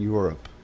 Europe